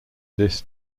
this